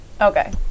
Okay